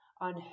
On